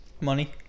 Money